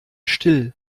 still